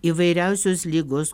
įvairiausios ligos